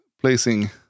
placing